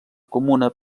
comuna